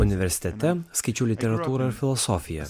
universitete skaičiau literatūrą ir filosofiją